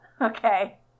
Okay